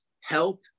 help